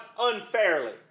unfairly